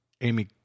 Amy